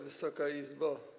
Wysoka Izbo!